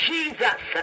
Jesus